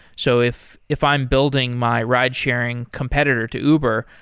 so if if i'm building my ridesharing competitor to uber,